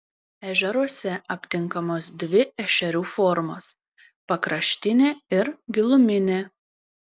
ežeruose aptinkamos dvi ešerių formos pakraštinė ir giluminė